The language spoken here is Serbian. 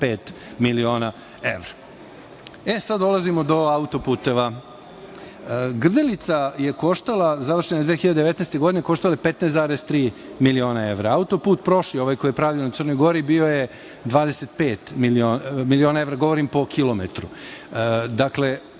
miliona evra. Sada dolazimo do autoputeva. Grdelica je koštala, završena je 2019. godine, 15,3 miliona evra, autoput, koji je pravljen u Crnoj Gori, bio je 25 miliona evra, govorim po kilometru. Dakle,